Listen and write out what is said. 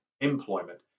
employment